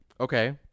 Okay